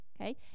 Okay